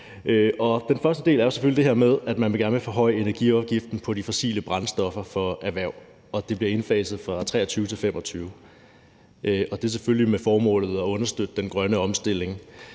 Den første del er selvfølgelig det her med, at man gerne vil forhøje energiafgiften på de fossile brændstoffer for erhverv, og det bliver indfaset fra 2023 til 2025. Det er selvfølgelig med det formål at understøtte den grønne omstilling.